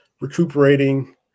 recuperating